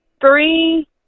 Three